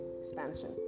expansion